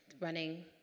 running